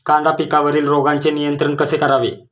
कांदा पिकावरील रोगांचे नियंत्रण कसे करावे?